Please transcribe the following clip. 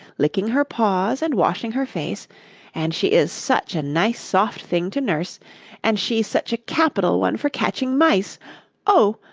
licking her paws and washing her face and she is such a nice soft thing to nurse and she's such a capital one for catching mice oh,